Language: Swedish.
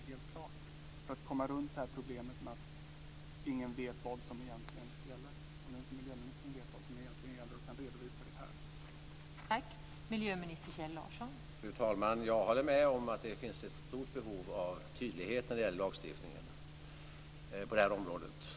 På det sättet skulle man komma runt problemet att ingen vet vad som egentligen gäller, om nu inte miljöministern vet vad som egentligen gäller och kan redovisa det här.